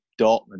Dortmund